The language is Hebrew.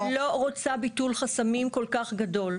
אני לא רוצה ביטול חסמים כל כך גדול.